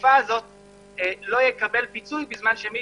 בתקופה הזאת לא יקבל פיצוי, בזמן שמי